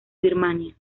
birmania